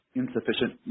insufficient